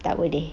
tak boleh